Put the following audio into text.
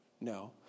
No